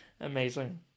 amazing